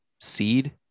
seed